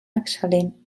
excel·lent